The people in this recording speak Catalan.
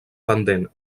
pendent